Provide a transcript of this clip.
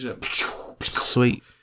Sweet